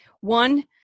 One